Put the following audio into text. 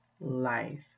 life